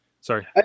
Sorry